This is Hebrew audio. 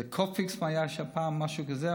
לקופיקס היה שם פעם משהו כזה.